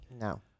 No